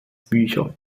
bücher